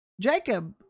Jacob